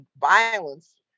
violence